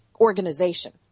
organization